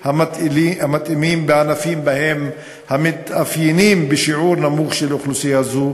המתאימים בענפים המתאפיינים בשיעור נמוך של אוכלוסייה זו,